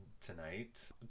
tonight